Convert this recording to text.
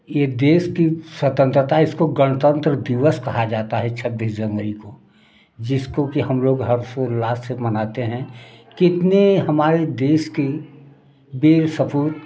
ये देश की स्वतंत्रता इसको गणतंत्र दिवस कहा जाता है छब्बीस जनवरी को जिसको कि हम लोग हर्षोल्लास से मनाते हैं कितने हमारे देश के बीर सपूत